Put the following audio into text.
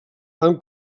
han